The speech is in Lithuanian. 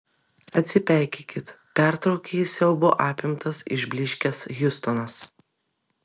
atsipeikėkit pertraukė jį siaubo apimtas išblyškęs hiustonas